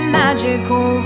magical